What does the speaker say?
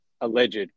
alleged